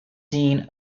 seen